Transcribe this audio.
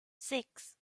six